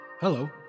Hello